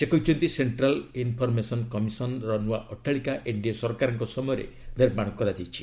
ସେ କହିଛନ୍ତି Central Information Commission ର ନୂଆ ଅଟ୍ଟାଳିକା ଏନ୍ଡିଏ ସରକାରଙ୍କ ସମୟରେ ନିର୍ମାଣ କରାଯାଇଛି